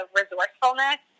resourcefulness